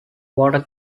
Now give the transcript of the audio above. water